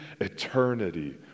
eternity